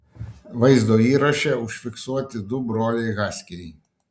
vaizdo įraše užfiksuoti du broliai haskiai